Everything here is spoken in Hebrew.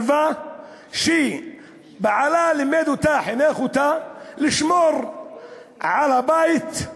כלבה שבעליה לימד אותה, חינך אותה לשמור על הבית: